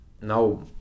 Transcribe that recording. now